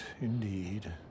indeed